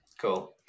cool